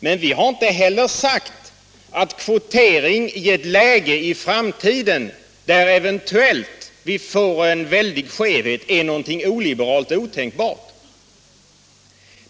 Men vi har inte heller sagt att kvoteringen i ett läge i framtiden, där det eventuellt har uppstått en mycket stor skevhet, är något oliberalt och otänkbart.